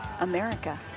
America